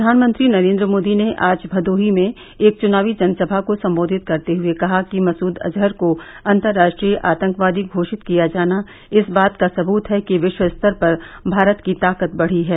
प्रधानमंत्री नरेन्द्र मोदी ने आज भदोही में एक चुनावी जनसभा को सम्बोधित करते हुये कहा कि मसूद अजहर को अन्तर्राश्ट्रीय आतंकवादी घोशित किया जाना इस बात का सबूत है कि विष्व स्तर पर भारत की ताकत बढ़ी है